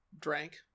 drank